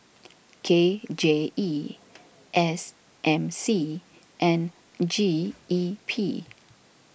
K J E S M C and G E P